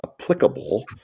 applicable